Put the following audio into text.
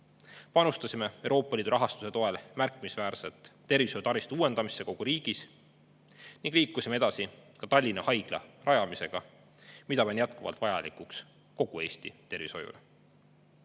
Panustasime Euroopa Liidu rahastuse toel märkimisväärselt tervishoiutaristu uuendamisse kogu riigis ning liikusime edasi ka Tallinna Haigla rajamisega, mida pean jätkuvalt vajalikuks kogu Eesti